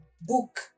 book